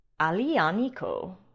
Alianico